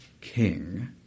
king